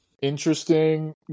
interesting